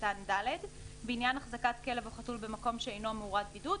קטן (ד) בעניין החזקת כלב או חתול במקום שאינו מאורת בידוד,